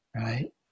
right